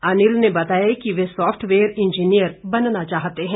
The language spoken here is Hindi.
अनिल ने बताया कि वे सॉफ़टवेयर इंजीनियर बनना चाहते हैं